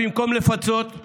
במקום לפצות את